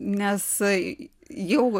nes jau